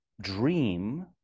dream